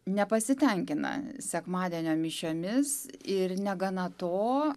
nepasitenkina sekmadienio mišiomis ir negana to